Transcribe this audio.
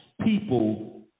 people